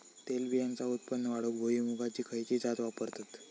तेलबियांचा उत्पन्न वाढवूक भुईमूगाची खयची जात वापरतत?